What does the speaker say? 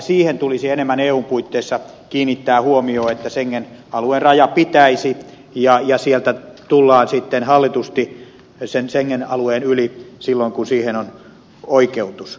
siihen tulisi enemmän eun puitteissa kiinnittää huomiota että schengen alueen raja pitäisi ja sieltä tullaan hallitusti sen schengen alueen yli silloin kun siihen on oikeutus